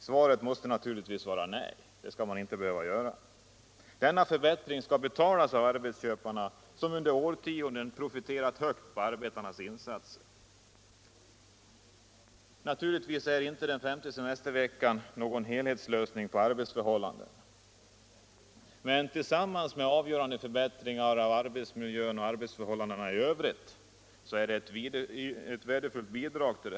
Svaret måste naturligtvis vara nej; det skall de inte behöva göra, utan denna förbättring skall betalas av arbetsköparna, som under årtionden profiterat helt och fullt på arbetarnas insatser. Naturligtvis är inte den femte semesterveckan någon helhetslösning på arbetsproblemen, men tillsammans med avgörande förbättringar av arbetsmiljön och arbetsförhållandena i övrigt är den ett värdefullt bidrag.